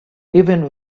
even